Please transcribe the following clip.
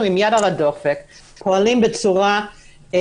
אנחנו עם יד על הדופק, פועלים בצורה רגישה.